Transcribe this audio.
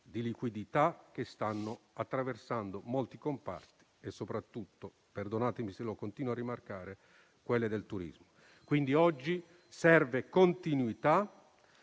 di liquidità che stanno attraversando molti comparti e soprattutto - perdonatemi se lo continuo a rimarcare - quello del turismo. Occorrono pertanto continuità